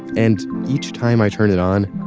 and each time i turn it on,